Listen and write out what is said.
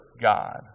God